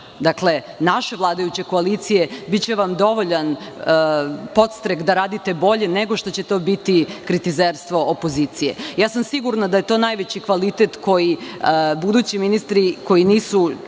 naše vladajuće koalicije biće vam dovoljan podstrek da radite bolje nego što će to biti kritizerstvo opozicije. Sigurna sam da je to najveći kvalitet koji budući ministri koji nisu